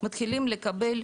מתחילים לקבל,